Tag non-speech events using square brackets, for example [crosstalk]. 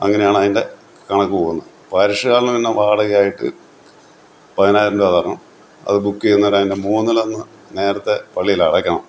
അങ്ങനെയാണതിൻ്റെ കണക്ക് പോവുന്നത് [unintelligible] നെന്ന വാടകയായിട്ട് പതിനായിരം രൂപ ഇതാക്കണം അത് ബുക്ക് ചെയ്യുന്നവരതിൻ്റെ മൂന്നിലൊന്ന് നേരത്തെ പള്ളിയിലടയ്ക്കണം